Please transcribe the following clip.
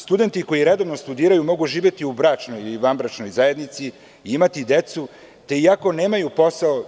Studenti koji redovno studiraju mogu živeti u bračnoj ili vanbračnoj zajednici i imati decu, te iako nemaju posao.